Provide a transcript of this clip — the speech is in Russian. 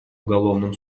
уголовным